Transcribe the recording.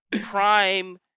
prime